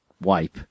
wipe